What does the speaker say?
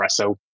espresso